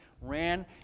ran